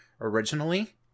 originally